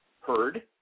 heard